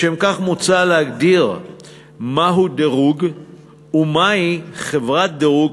לשם כך מוצע להגדיר מהו דירוג ומהי חברת דירוג,